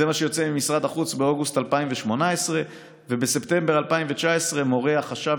זה מה שיוצא ממשרד החוץ באוגוסט 2018. ובספטמבר 2019 מורה החשב